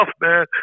man